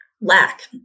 lack